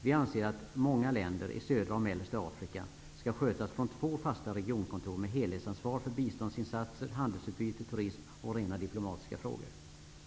Vi anser att många länder i södra och mellersta Afrika skall skötas från två fasta regionkontor med helhetsansvar för biståndsinsatser, handelsutbyte, turism och rena diplomatiska frågor.